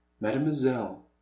mademoiselle